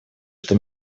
что